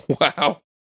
Wow